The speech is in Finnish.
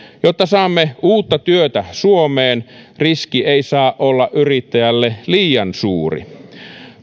jotta saamme uutta työtä suomeen riski ei saa olla yrittäjälle liian suuri